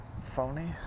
phony